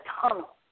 tunnel